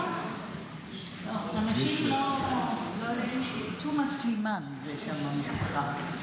אנשים לא יודעים שתומא סלימאן זה שם המשפחה.